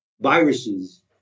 viruses